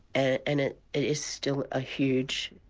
and and it it is still a huge